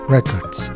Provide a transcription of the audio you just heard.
Records